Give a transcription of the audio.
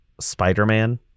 Spider-Man